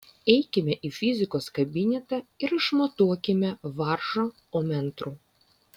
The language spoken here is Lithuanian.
eikime į fizikos kabinetą ir išmatuokime varžą ommetru